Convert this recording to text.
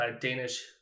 Danish